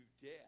death